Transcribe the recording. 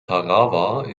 tarawa